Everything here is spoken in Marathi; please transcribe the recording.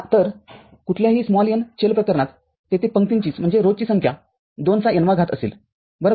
तर कुठल्याही n चल प्रकरणात तेथे पंक्तींचीसंख्या २ चा n वा घात असेल बरोबर